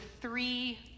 three